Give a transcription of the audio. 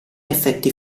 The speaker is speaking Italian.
effetti